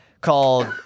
called